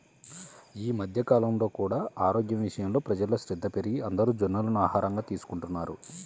ఈ మధ్య కాలంలో కూడా ఆరోగ్యం విషయంలో ప్రజల్లో శ్రద్ధ పెరిగి అందరూ జొన్నలను ఆహారంగా తీసుకుంటున్నారు